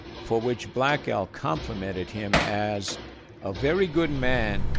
for which black elk complemented him as a very good and man,